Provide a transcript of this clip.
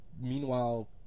Meanwhile